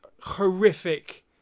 horrific